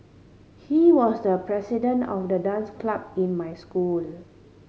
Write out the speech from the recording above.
he was the president of the dance club in my school